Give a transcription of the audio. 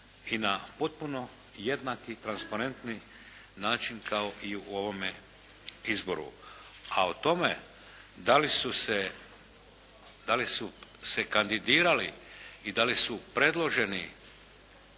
i na potpuno jednak i transparentni način kao i u ovome izboru. A o tome da li se kandidirali i da li su predloženi